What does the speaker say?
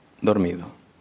dormido